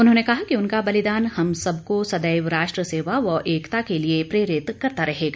उन्होंने कहा कि उनका बलिदान हम सबको सदैव राष्ट्र सेवा व एकता के लिए प्रेरित करता रहेगा